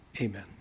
Amen